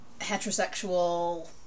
heterosexual